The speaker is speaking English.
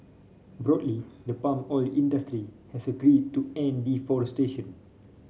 broadly the palm oil industry has agreed to end deforestation